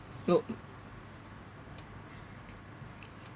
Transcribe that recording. look